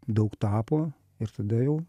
daug tapo ir tada jau